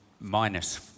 minus